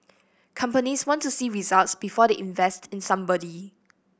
companies want to see results before they invest in somebody